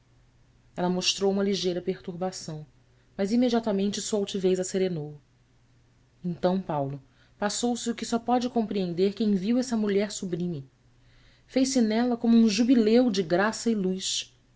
ela mostrou uma ligeira perturbação mas imediatamente sua altivez a serenou então paulo passou-se o que só pode compreender quem viu essa mulher sublime fez-se nela como um jubileu de graça e luz